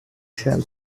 shall